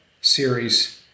series